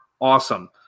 awesome